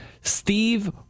Steve